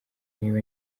niba